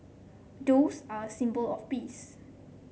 doves are a symbol of peace